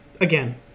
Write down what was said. again